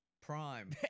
Prime